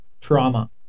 trauma